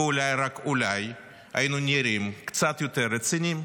ואולי, רק אולי, היינו נראים קצת יותר רציניים.